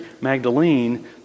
Magdalene